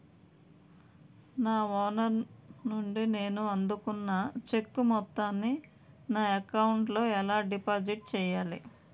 నా ఓనర్ నుండి నేను అందుకున్న చెక్కు మొత్తాన్ని నా అకౌంట్ లోఎలా డిపాజిట్ చేయాలి?